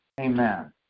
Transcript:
Amen